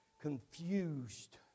confused